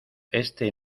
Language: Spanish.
este